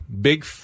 big